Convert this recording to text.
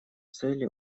цели